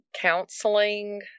counseling